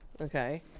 Okay